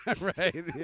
Right